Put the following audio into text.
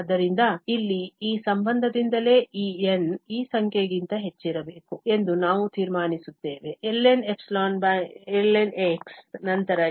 ಆದ್ದರಿಂದ ಇಲ್ಲಿ ಈ ಸಂಬಂಧದಿಂದಲೇ ಈ n ಈ ಸಂಖ್ಯೆಗಿಂತ ಹೆಚ್ಚಿರಬೇಕು ಎಂದು ನಾವು ತೀರ್ಮಾನಿಸುತ್ತೇವೆ ln∈lnx ನಂತರ ಈ ಸಂಬಂಧ ಮಾತ್ರ ನಿಜವಾಗಿದೆ